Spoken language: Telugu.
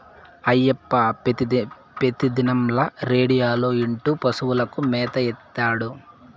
అయ్యప్ప పెతిదినంల రేడియోలో ఇంటూ పశువులకు మేత ఏత్తాడు